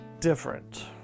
different